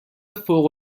فوق